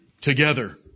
together